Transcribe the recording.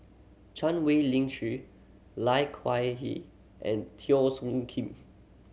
Chan Wei Ling Lai Kew Hee and Teo Soon Kim